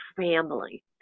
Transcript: family